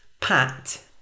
Pat